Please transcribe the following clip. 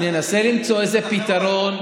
ננסה למצוא איזה פתרון,